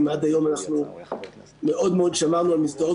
אם עד היום אנחנו מאוד מאוד שמרנו על מסגרות